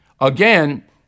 Again